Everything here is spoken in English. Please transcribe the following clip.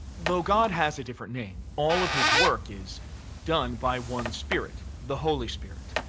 though god has a different name, all of his work is done by one spirit, the holy spirit.